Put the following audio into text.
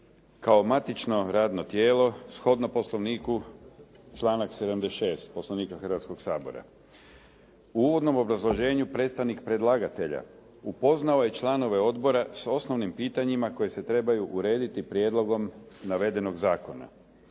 kao matično radno tijelo, shodno Poslovniku, članak 76. Poslovnika Hrvatskoga sabora. U uvodnom obrazloženju predstavnik predlagatelja upoznao je članove odbora s osnovnim pitanjima koji se trebaju urediti prijedlogom navedenog zakona.